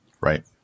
right